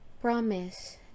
promise